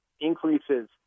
increases